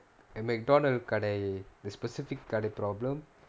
and McDonald's கடை:kadai specific கடை:kadai problem